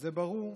וכשזה ברור,